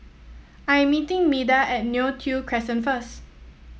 I'm meeting Meda at Neo Tiew Crescent first